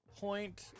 point